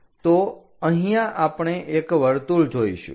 તો અહીંયા આપણે એક વર્તુળ જોઈશું